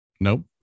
Nope